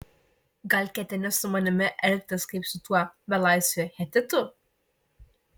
gal ketini su manimi elgtis kaip su tuo belaisviu hetitu